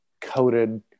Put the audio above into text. Coated